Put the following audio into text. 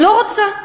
לא רוצה.